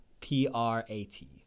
P-R-A-T